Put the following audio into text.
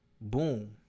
boom